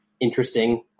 interesting